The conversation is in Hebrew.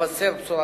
לבשר בשורתך.